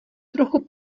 trochu